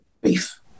beef